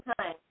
time